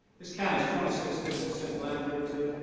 this county's twenty six, thirty percent black, give or take.